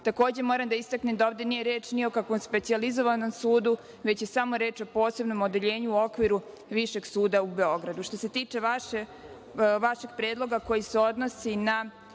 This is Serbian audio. Takođe, moram da istaknem da ovde nije reč ni o kakvom specijalizovanom sudu, već je samo reč o posebnom odeljenju u okviru Višeg suda u Beogradu. Što